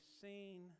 seen